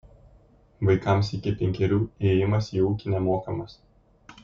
vaikams iki penkerių įėjimas į ūkį nemokamas